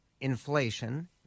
inflation